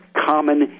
common